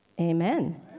amen